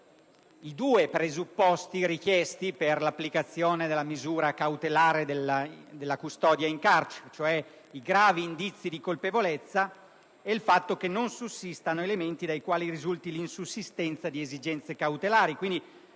i due presupposti richiesti per l'applicazione della misura cautelare della custodia in carcere, cioè i gravi indizi di colpevolezza e l'assenza di elementi dai quali possa risultare l'insussistenza di esigenze cautelari.